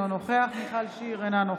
אינו נוכח מיכל שיר סגמן,